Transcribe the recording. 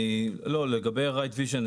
לגבי ridevision,